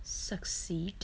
succeed